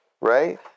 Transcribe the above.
right